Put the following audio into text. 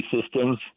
systems